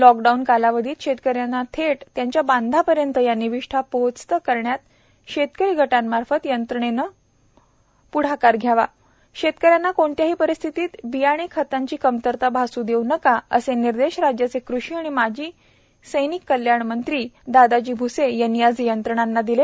lockdown कालावधीत शेतकऱ्यांना थेट त्यांच्या बांधापर्यंत हया निविष्ठा पोहोच करण्यासाठी शेतकरी गटांमार्फत यंत्रणेने पोहोच करुन द्यावी शेतकऱ्यांना कोणत्याही परिस्थितीत बियाणे खतांची कमतरता भासू देऊ नका असे निर्देश राज्याचे कृषि व माजी सैनिक कल्याण मंत्री दादाजी भूसे यांनी आज यंत्रणेला दिले